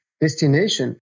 destination